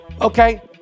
Okay